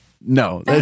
no